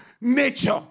nature